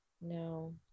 No